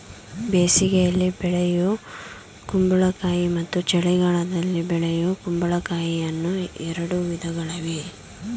ಬೇಸಿಗೆಯಲ್ಲಿ ಬೆಳೆಯೂ ಕುಂಬಳಕಾಯಿ ಮತ್ತು ಚಳಿಗಾಲದಲ್ಲಿ ಬೆಳೆಯೂ ಕುಂಬಳಕಾಯಿ ಅನ್ನೂ ಎರಡು ವಿಧಗಳಿವೆ